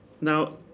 Now